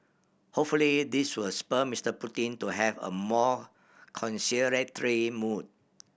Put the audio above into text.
hopefully this will spur Mister Putin to have a more conciliatory mood